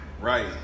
Right